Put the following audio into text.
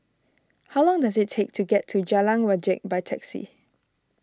how long does it take to get to Jalan Wajek by taxi